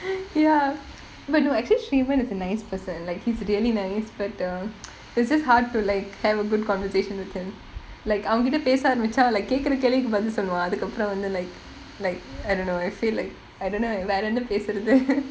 ya but no actually shrivan is a nice person like he's really nice but um it's just hard to like have a good conversation with him like அவன் கிட்ட பேச ஆரம்பிச்சா:avankitta pesa aarambichaa like கேக்குற கேள்விக்கு பதில் சொல்லுவான் அதுக்கப்புறம் வந்து:kekura kelvikku pathil solluvaan athukkappuram vanthu like like I don't know I feel like I don't know வேறென்ன பேசுறது:verenna pesurathu